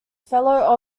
fellow